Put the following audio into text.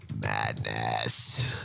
Madness